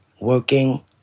working